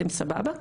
אתם סבבה?